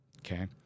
Okay